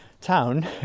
town